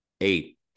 eight